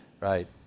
Right